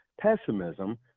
pessimism